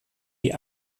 die